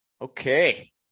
Okay